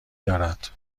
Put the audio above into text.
دارد